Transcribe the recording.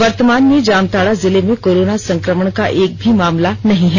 वर्तमान में जामताड़ा जिले में कोरोना संक्रमण का एक भी मामला नहीं है